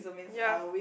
ya